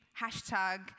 hashtag